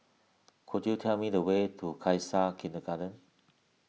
could you tell me the way to Khalsa Kindergarten